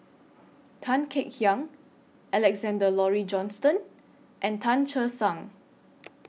Tan Kek Hiang Alexander Laurie Johnston and Tan Che Sang